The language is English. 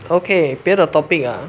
okay 别的 topic ah